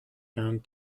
found